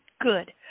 good